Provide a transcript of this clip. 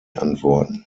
antworten